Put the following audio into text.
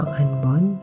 unborn